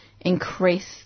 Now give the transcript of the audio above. increase